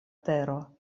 tero